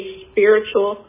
spiritual